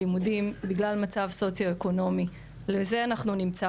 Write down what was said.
ברגע שהבנו את זה, כן שוחחנו איתם וניסינו